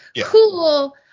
cool